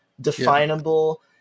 definable